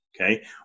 Okay